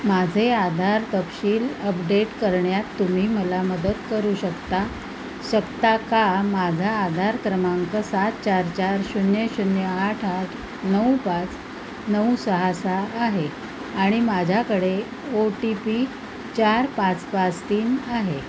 माझे आधार तपशील अपडेट करण्यात तुम्ही मला मदत करू शकता शकता का माझा आधार क्रमांक सात चार चार शून्य शून्य आठ आठ नऊ पाच नऊ सहा सहा आहे आणि माझ्याकडे ओ टी पी चार पाच पाच तीन आहे